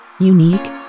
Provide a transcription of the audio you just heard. Unique